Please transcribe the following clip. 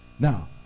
Now